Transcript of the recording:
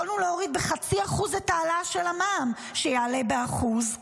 יכולנו להוריד בחצי אחוז את ההעלאה של המע"מ שיעלה באחוז,